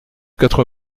quatre